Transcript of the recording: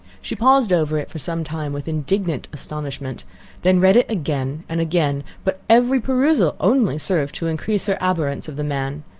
she paused over it for some time with indignant astonishment then read it again and again but every perusal only served to increase her abhorrence of the man,